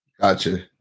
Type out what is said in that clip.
Gotcha